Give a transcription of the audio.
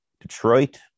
Detroit